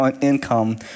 income